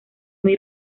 muy